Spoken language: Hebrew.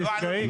נפגעו.